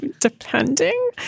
depending